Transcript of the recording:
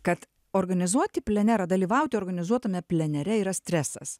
kad organizuoti plenerą dalyvauti organizuotame plenere yra stresas